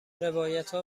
روایتها